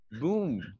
BOOM